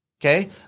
Okay